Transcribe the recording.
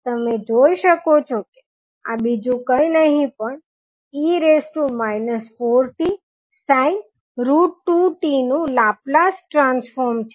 તમે જોઇ શકો છો કે આ બીજું કઈ નહિ પણ e 4t sin 2t નું લાપ્લાસ ટ્રાન્સફોર્મ છે